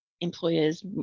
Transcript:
Employers